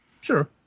Sure